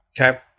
Okay